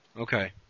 Okay